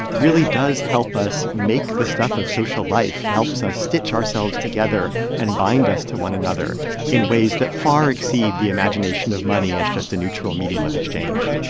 really does help us make the stuff of social life, helps us stitch ourselves together and bind us to one another in ways that far exceed the imagination of money as just a neutral medium of exchange